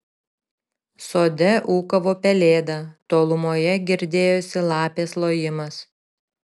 sode ūkavo pelėda tolumoje girdėjosi lapės lojimas